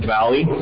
Valley